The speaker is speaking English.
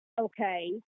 okay